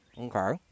Okay